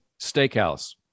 steakhouse